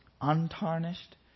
untarnished